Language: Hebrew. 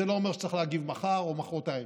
זה לא אומר שצריך להגיב מחר או מוחרתיים,